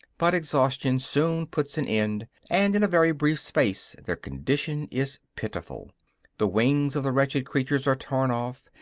but exhaustion soon puts an end and, in a very brief space, their condition is pitiful the wings of the wretched creatures are torn off,